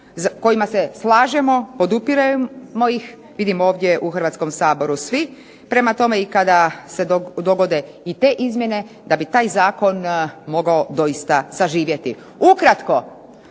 kojima se slažemo, podupiremo ih, vidimo ovdje u Hrvatskom saboru svi, prema tome i kada se dogode i te izmjene da bi taj zakon mogao doista saživjeti. Ukratko